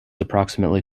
approximately